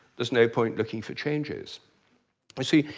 there's no point looking for changes. you see,